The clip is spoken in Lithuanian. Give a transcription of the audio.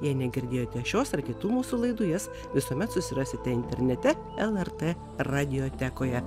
jei negirdėjote šios ar kitų mūsų laidų jas visuomet susirasite internete lrt radiotekoje